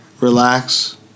Relax